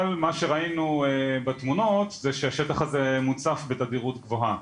אבל מה שראינו בתמונות זה שהשטח הזה מוצף בתדירות גבוהה.